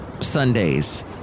Sundays